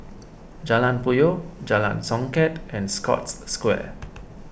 Jalan Puyoh Jalan Songket and Scotts Square